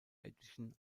edition